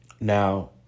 now